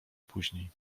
później